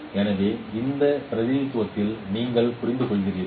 எனவே இந்த பிரதிநிதித்துவத்தில் நீங்கள் புரிந்துகொள்கிறீர்கள்